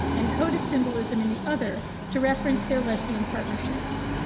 and coded symbolism in the other to reference their lesbian partnerships.